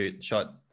shot